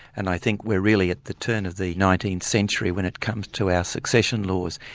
and i think we're really at the turn of the nineteenth century when it comes to our succession laws.